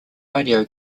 radio